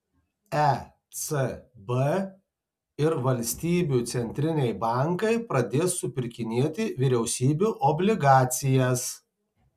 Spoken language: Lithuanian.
ecb ir valstybių centriniai bankai pradės supirkinėti vyriausybių obligacijas